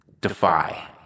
Defy